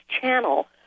channel